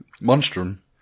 Monstrum